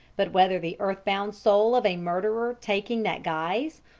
but whether the earth-bound soul of a murderer taking that guise,